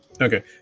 okay